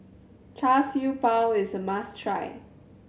Char Siew Bao is a must try